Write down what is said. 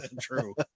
True